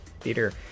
theater